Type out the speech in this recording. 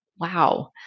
Wow